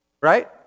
Right